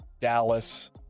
Dallas